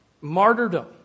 Martyrdom